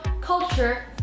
culture